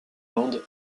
lande